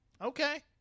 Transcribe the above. okay